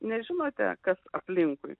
nežinote kas aplinkui